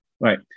Right